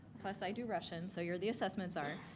plus i do russian so you're the assessments czar.